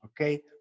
Okay